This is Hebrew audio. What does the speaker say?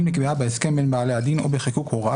אם נקבעה בהסכם בין בעלי הדין או בחיקוק הוראה